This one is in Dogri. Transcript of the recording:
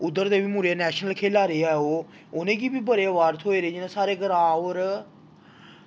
उद्धर दे बी मुड़े नैशनल खेल्ला दे ऐ ओह् उ'नें गी बी बड़े अवार्ड़ थ्होए दे जि'यां साढ़े ग्रांऽ होर